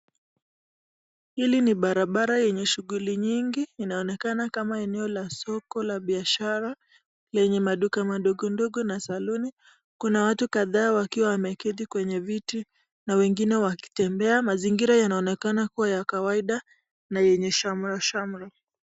Hili ni barabara yenye shughuli nyingi, inaonekana kama eneo la soko la biashara lenye maduka madogo ndogo na saluni. Kuna watu kadhaa wakiwa wameketi kwenye viti na wengine wakitembea. Mazingira yanaonekana kuwa ya kawaida na yenye shamrashamra.